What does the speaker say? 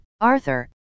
Arthur